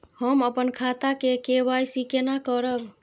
हम अपन खाता के के.वाई.सी केना करब?